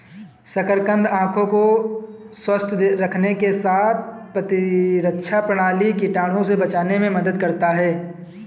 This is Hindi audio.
शकरकंद आंखों को स्वस्थ रखने के साथ प्रतिरक्षा प्रणाली, कीटाणुओं से बचाने में मदद करता है